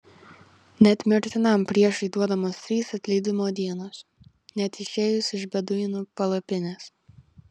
net mirtinam priešui duodamos trys atleidimo dienos net išėjus iš beduinų palapinės